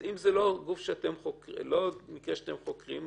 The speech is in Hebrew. אם זה לא מקרה שאתם חוקרים,